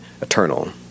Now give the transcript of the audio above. eternal